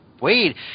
wait